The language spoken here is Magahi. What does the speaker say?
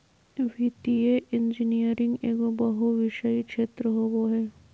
वित्तीय इंजीनियरिंग एगो बहुविषयी क्षेत्र होबो हइ